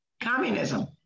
Communism